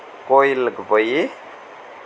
கோயிலுக்கு போய்